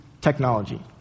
technology